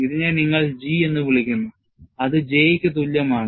ഇതിനെ നിങ്ങൾ G എന്ന് വിളിക്കുന്നു അത് J ക്ക് തുല്യമാണ്